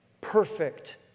perfect